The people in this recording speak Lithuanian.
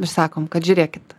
ir sakom kad žiūrėkit